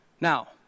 Now